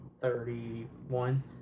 Thirty-one